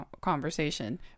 conversation